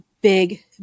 big